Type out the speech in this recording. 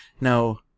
Now